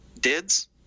dids